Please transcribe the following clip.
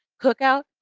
Cookout